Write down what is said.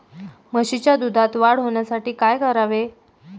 म्हशीच्या दुधात वाढ होण्यासाठी काय करावे?